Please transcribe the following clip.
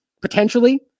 potentially